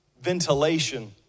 ventilation